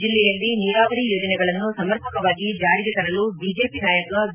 ಜಿಲ್ಲೆಯಲ್ಲಿ ನೀರಾವರಿ ಯೋಜನೆಗಳನ್ನು ಸಮರ್ಪಕವಾಗಿ ಜಾರಿಗೆ ತರಲು ಬಿಜೆಪಿ ನಾಯಕ ಬಿ